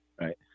right